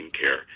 care